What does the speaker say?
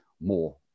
more